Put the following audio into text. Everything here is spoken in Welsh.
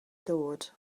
ddod